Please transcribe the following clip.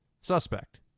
suspect